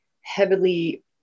heavily